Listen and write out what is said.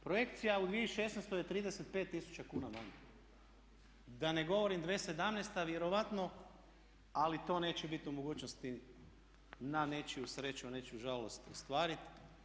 Projekcija u 2016. je 35 000 kuna manje, da ne govorim 2017. vjerojatno ali to neće biti u mogućnosti na nečiju sreću, nečiju žalost ostvariti.